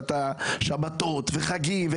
עבודה בשבתות וחגים.